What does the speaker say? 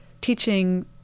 teaching